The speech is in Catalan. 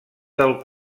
del